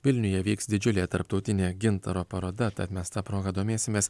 vilniuje vyks didžiulė tarptautinė gintaro paroda tad mes ta proga domėsimės